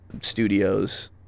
Studios